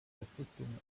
verpflichtungen